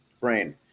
brain